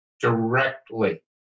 directly